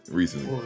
recently